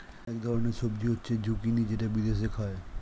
এক ধরনের সবজি হচ্ছে জুকিনি যেটা বিদেশে খায়